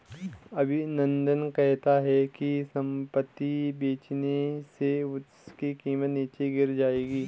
अभिनंदन कहता है कि संपत्ति बेचने से उसकी कीमत नीचे गिर जाएगी